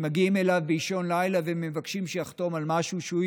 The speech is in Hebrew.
שמגיעים אליו באישון לילה ומבקשים שיחתום על משהו והוא,